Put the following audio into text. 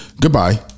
Goodbye